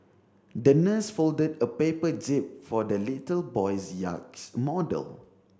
the nurse folded a paper jib for the little boy's yacht model